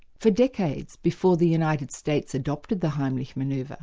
for decades before the united states adopted the heimlich manoeuvre, ah